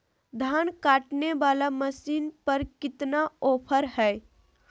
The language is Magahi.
धान काटने वाला मसीन पर कितना ऑफर हाय?